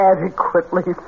adequately